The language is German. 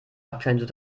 aktuellen